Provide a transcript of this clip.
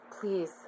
please